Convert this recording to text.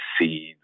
seeds